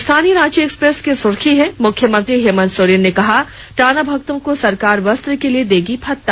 स्थानीय रांची एक्सप्रेस की सुर्खी है मुख्यमंत्री हेमंत सोरेन ने कहा टाना भगतों को सरकार वस्त्र के लिए देगी भत्ता